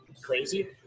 Crazy